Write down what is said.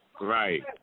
Right